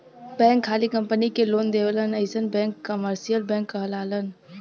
bank खाली company के loan देवलन अइसन बैंक कमर्सियल बैंक कहलालन